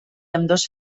ambdós